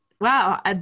Wow